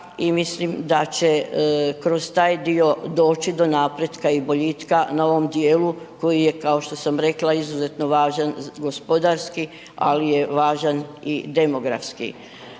mislim da će kroz taj dio doći do napretka i boljitka na ovom dijelu koji je kao što sam rekla, izuzetno važan gospodarski, ali je važan i demografski.